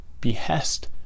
behest